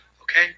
Okay